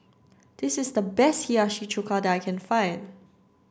this is the best Hiyashi Chuka that I can find